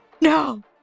No